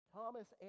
Thomas